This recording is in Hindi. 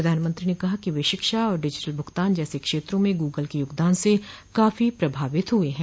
प्रधानमंत्री ने कहा कि वे शिक्षा और डिजिटल भुगतान जैसे क्षेत्रों में गूगल के योगदान से काफी प्रभावित हुए हैं